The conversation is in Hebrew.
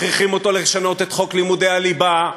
מכריחים אותו לשנות את חוק לימודי הליבה,